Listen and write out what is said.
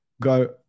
go